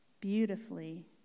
beautifully